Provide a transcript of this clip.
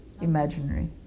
imaginary